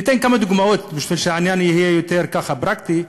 אני אתן כמה דוגמאות כדי שהעניין יהיה ככה יותר פרקטי.